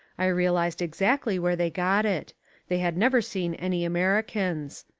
i realised exactly where they got it they had never seen any americans.